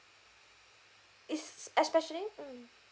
is especially mm